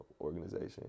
organization